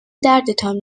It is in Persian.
دردتان